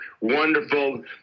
wonderful